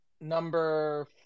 number